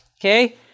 Okay